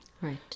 Right